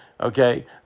Okay